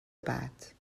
بعد